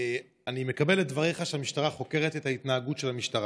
אני מקבל את דברייך שהמשטרה חוקרת את ההתנהגות של המשטרה,